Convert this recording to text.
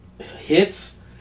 hits